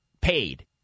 paid